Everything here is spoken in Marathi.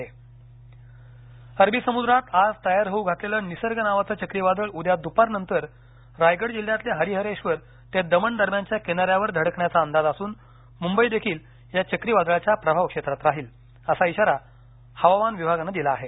एनडीआरएफ अरबी समुद्रात आज तयार होऊ घातलेलं निसर्ग नावाचं चक्रीवादळ उद्या दुपार नंतर रायगड जिल्ह्यातल्या हरिहरेश्वर ते दमण दरम्यानच्या किनाऱ्यावर धडकण्याचा अंदाज असून मुंबई देखील या चक्रीवादळाच्या प्रभावक्षेत्रात राहील असा इशारा हवामान विभागानं दिला आहे